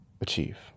achieve